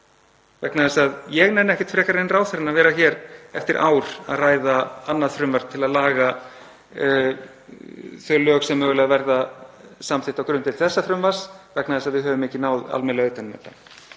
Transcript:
Vegna þess að ég nenni ekkert frekar en ráðherrann að vera hér eftir ár að ræða annað frumvarp til að laga þau lög sem mögulega verða samþykkt á grundvelli þessa frumvarps vegna þess að við höfum ekki náð almennilega